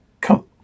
come